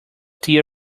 tea